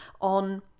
on